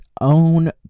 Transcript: own